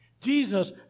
Jesus